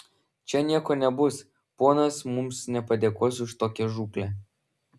čia nieko nebus ponas mums nepadėkos už tokią žūklę